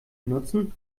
nutzen